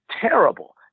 terrible